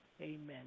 Amen